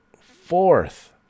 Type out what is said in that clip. Fourth